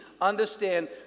understand